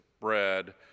bread